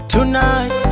Tonight